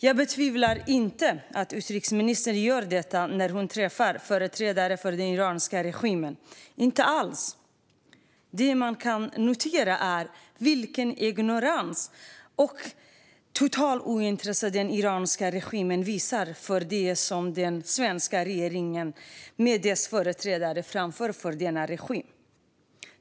Jag betvivlar inte att utrikesministern gör detta när hon träffar företrädare för den iranska regimen - inte alls. Det man kan notera är den ignorans och det totala ointresse som den iranska regimen visar för det som den svenska regeringen, med dess företrädare, framför för denna regim.